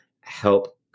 help